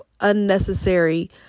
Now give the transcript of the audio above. unnecessary